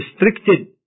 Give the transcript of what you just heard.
restricted